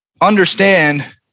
understand